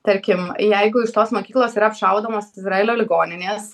tarkim jeigu iš tos mokyklos yra apšaudomos izraelio ligoninės